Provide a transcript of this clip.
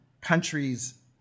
countries